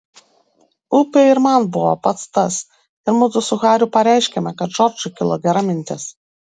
upė ir man buvo pats tas ir mudu su hariu pareiškėme kad džordžui kilo gera mintis